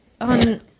on